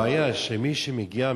הבעיה שמי שמגיע,